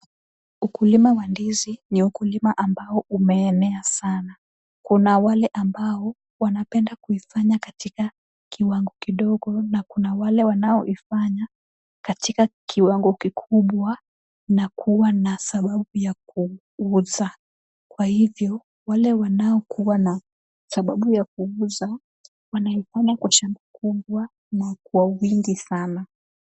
Ukulima wa ndizi ni ukulima ambao umeenea sana, kuna wale ambao wanapenda kuifanya katika kiwango kidogo na kuna wale wanaoifanya katika kiwango kikubwa na kuwa na sababu ya kuuza, kwa hivyo wale wanaokuwa na sababu ya kuuza wanaifanya kwa shamba kubwa na kwa wingi sana.